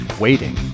Waiting